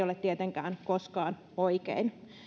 ole tietenkään koskaan oikein